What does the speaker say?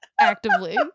actively